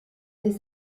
des